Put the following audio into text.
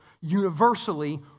universally